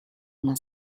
una